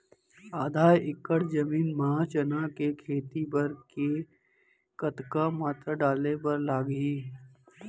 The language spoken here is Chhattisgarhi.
आधा एकड़ जमीन मा चना के खेती बर के कतका मात्रा डाले बर लागही?